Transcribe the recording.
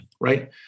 right